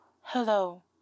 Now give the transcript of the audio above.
Hello